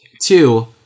Two